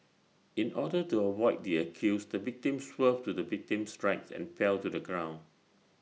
in order to avoid the accused the victim swerved to the victim's right and fell to the ground